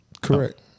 Correct